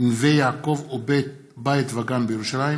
נווה יעקב ובית וגן בירושלים.